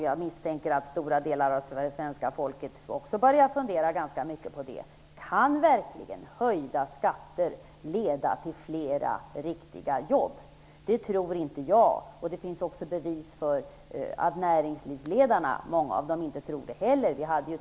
Jag misstänker att stora delar av det svenska folket också har börjat att fundra ganska mycket på om höjda skatter verkligen kan leda till flera riktiga jobb. Det tror inte jag, och det finns också bevis för att många av näringslivets ledare inte heller tror det.